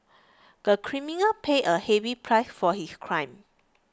the criminal paid a heavy price for his crime